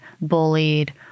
bullied